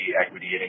equity